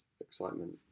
excitement